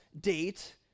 date